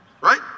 Right